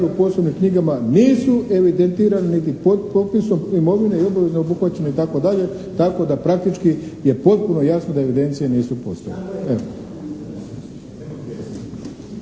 «U poslovnim knjigama nisu evidentirani niti popisom imovine i obavezno obuhvaćeni i tako dalje» tako da praktički je potpuno jasno da evidencije nisu postojale.